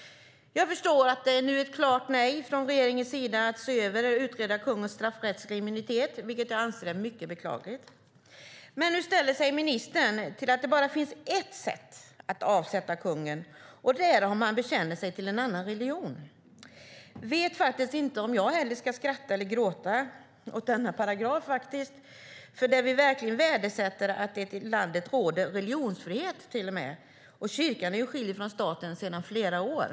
Jag förstår att det nu är ett klart nej från regeringens sida när det gäller att se över och utreda kungens straffrättsliga immunitet, vilket jag anser är mycket beklagligt. Men hur ställer sig ministern till att det bara finns ett sätt att avsätta kungen, och det är om han bekänner sig till en annan religion? Inte heller jag vet om jag ska skratta eller gråta åt denna paragraf, för religionsfrihet är verkligen något vi värdesätter i det här landet, och kyrkan är skild från staten sedan flera år.